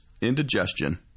indigestion